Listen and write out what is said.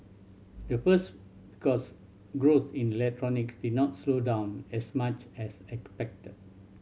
the first because growth in electronics did not slow down as much as expected